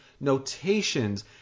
notations